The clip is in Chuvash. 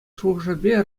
шухӑшӗпе